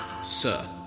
Sir